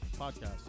podcast